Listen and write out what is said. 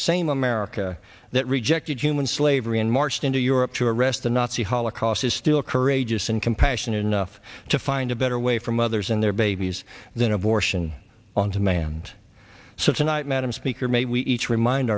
same america that rejected human slavery and marched into europe to arrest the nazi holocaust is still courageous and compassionate enough to find a better way for mothers and their babies than abortion on demand so tonight madam speaker may we each remind